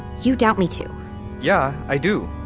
you doubt me, too yeah, i do.